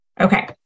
Okay